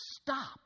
stop